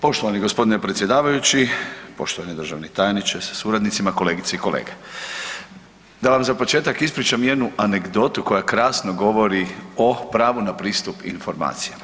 Poštovani gospodine predsjedavajući, poštovani državni tajniče sa suradnicima, kolegice i kolege, da vam za početak ispričam jednu anegdotu koja krasno govori o pravu na pristup informacijama.